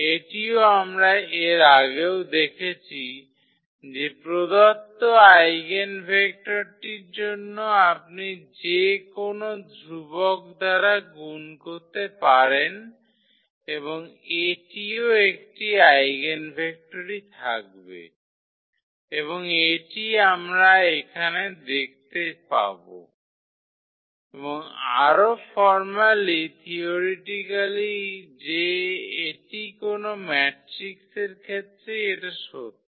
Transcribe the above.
এটিও আমরা এর আগেও দেখেছি যে প্রদত্ত আইগেনভেক্টরটির জন্য আপনি যে কোনও ধ্রুবক দ্বারা গুন করতে পারেন এবং এটিও একটি আইগেনভেক্টরই থাকবে এবং এটিই আমরা এখানে দেখতে পাব এবং আরও ফরমারলি থিয়োরিটিক্যালি যে এটি কোনও ম্যাট্রিক্সের ক্ষেত্রেই এটা সত্য